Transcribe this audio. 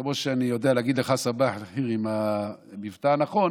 כמו שאני יודע להגיד לך סבאח אל-ח'יר עם המבטא הנכון,